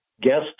guest